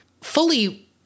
fully